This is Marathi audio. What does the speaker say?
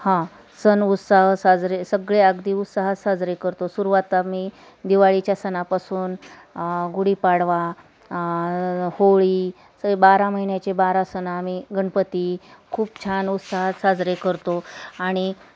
हा सण उत्साह साजरे सगळे अगदी उत्साहात साजरे करतो सुरवात आम्ही दिवाळीच्या सणापासून गुढीपाडवा होळी स बारा महिन्याचे बारा सण आम्ही गणपती खूप छान उत्साहात साजरे करतो आणि